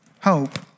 hope